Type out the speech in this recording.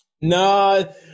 No